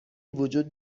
وجود